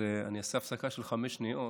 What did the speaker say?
אני אעשה הפסקה של חמש שניות,